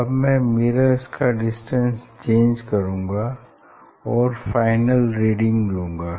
अब में मिरर्स का डिस्टेंस चेंज करूँगा और फाइनल रीडिंग लूंगा